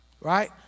Right